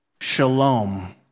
shalom